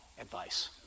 advice